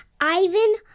Ivan